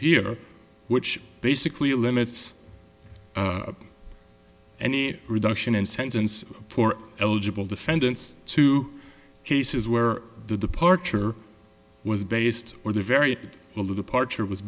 here which basically limits any reduction in sentence for eligible defendants to cases where the departure was based or there very well the departure was